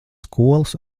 skolas